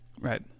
Right